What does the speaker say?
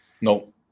no